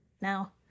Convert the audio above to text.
Now